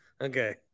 Okay